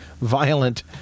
violent